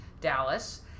Dallas